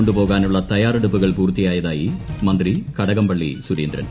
കൊു പോകാനുള്ള തിയ്യാറെടുപ്പുകൾ പൂർത്തിയാതായി മന്ത്രി കടകംപള്ളി സ്കൂർരേന്ദ്രൻ